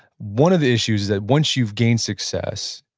one of the issues that once you've gained success,